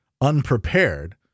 unprepared